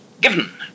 Given